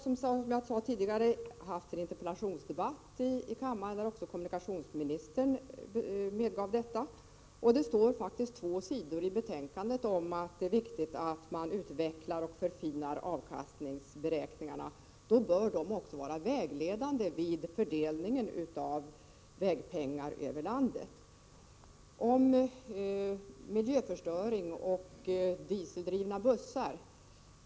Som jag sade tidigare har vi haft en interpellationsdebatt här i kammaren, där också kommunikationsministern medgav detta. På två sidor i betänkandet står det faktiskt också att det är viktigt att man utvecklar och förfinar avkastningsberäkningarna. Men då bör dessa också vara vägledande vid fördelningen av vägpengar över landet. Sedan något om miljöförstöring och dieseldrivna bussar.